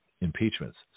Impeachments